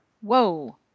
Whoa